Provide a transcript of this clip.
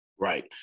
Right